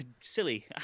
Silly